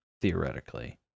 theoretically